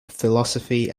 philosophy